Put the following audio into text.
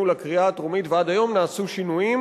לקריאה טרומית ועד היום נעשו שינויים,